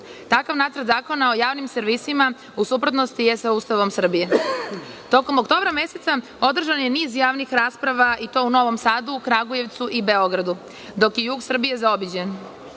Takav Nacrt zakona o javnim servisima u suprotnosti je sa Ustavom Srbije. Tokom oktobra meseca održan je niz javnih rasprava i to u Novom Sadu, Kragujevcu i Beogradu, dok je jug Srbije zaobiđen.